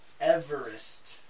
Everest